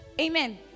Amen